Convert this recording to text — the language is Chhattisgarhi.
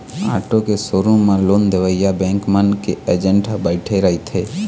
आटो के शोरूम म लोन देवइया बेंक मन के एजेंट ह बइठे रहिथे